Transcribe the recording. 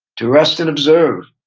to rest and observe.